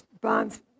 Bond's